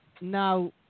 now